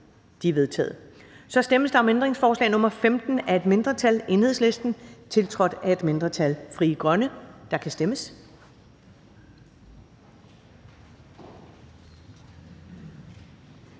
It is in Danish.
De er vedtaget. Der stemmes om ændringsforslag nr. 15 af et mindretal (EL), tiltrådt af et mindretal (FG), og der kan stemmes.